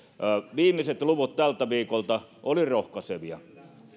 viimeiset luvut tältä viikolta olivat rohkaisevia